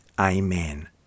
Amen